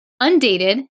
undated